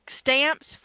stamps